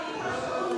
אורית, לא מתאים לך.